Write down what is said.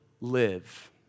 live